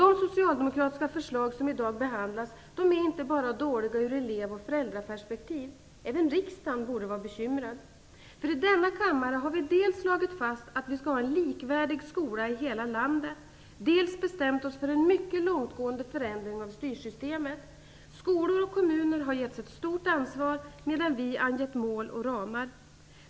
De socialdemokratiska förslag som i dag behandlas är inte bara dåliga ur elev och föräldraperspektiv. Även riksdagen borde vara bekymrad. I denna kammare har vi dels slagit fast att vi skall ha en likvärdig skola i hela landet, dels bestämt oss för en mycket långtgående förändring av styrsystemet. Skolor och kommuner har getts ett stort ansvar, medan vi angett mål och ramar.